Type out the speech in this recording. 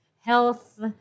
health